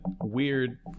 weird